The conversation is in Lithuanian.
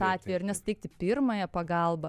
atveju ar ne suteikti pirmąją pagalbą